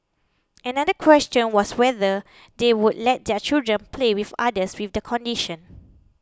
another question was whether they would let their children play with others with the condition